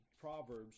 Proverbs